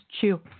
chew